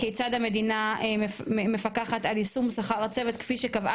כיצד המדינה מפקחת על יישום שכר הצוות כפי שקבעה